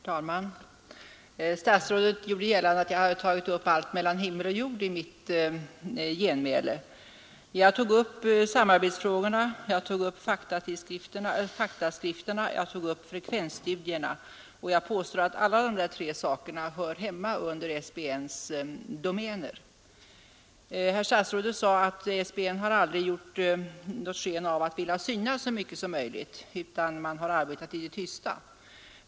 Herr talman! Statsrådet gjorde gällande att jag hade tagit upp allt mellan himmel och jord i mitt inlägg. Jag tog upp samarbetsfrågorna, jag tog upp faktaskrifterna, jag tog upp frekvensstudierna, och jag påstår att alla de här tre sakerna hör hemma inom SBN:s domäner. Herr statsrådet sade att SBN har aldrig gjort sken av att vilja synas så mycket utan har arbetat i det tysta.